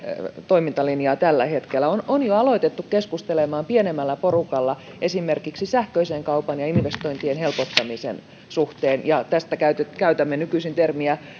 toimintalinjaa tällä hetkellä on on jo alettu keskustelemaan pienemmällä porukalla esimerkiksi sähköisen kaupan ja investointien helpottamisen suhteen ja tästä käytämme nykyisin termiä